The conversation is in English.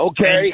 Okay